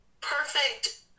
perfect